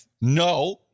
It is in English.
no